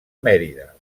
mèrida